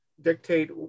dictate